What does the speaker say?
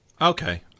Okay